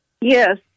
Yes